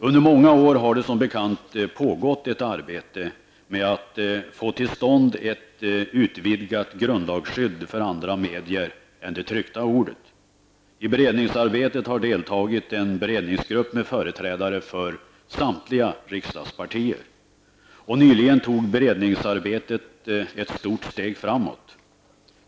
Under många år har det som bekant pågått ett arbete med att få till stånd ett utvidgat grundlagsskydd för andra medier än det tryckta ordet. I beredningsarbetet har deltagit en beredningsgrupp med företrädare för samtliga riksdagspartier. Nyligen tog beredningsarbetet ett stort steg framåt.